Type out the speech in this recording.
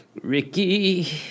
Ricky